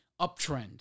uptrend